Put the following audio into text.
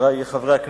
חברי חברי הכנסת,